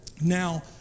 Now